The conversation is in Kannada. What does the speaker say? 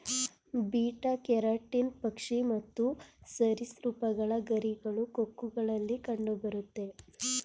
ಬೀಟಾ ಕೆರಟಿನ್ ಪಕ್ಷಿ ಮತ್ತು ಸರಿಸೃಪಗಳ ಗರಿಗಳು, ಕೊಕ್ಕುಗಳಲ್ಲಿ ಕಂಡುಬರುತ್ತೆ